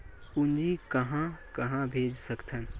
पूंजी कहां कहा भेज सकथन?